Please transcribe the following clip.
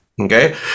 Okay